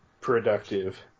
Productive